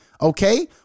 okay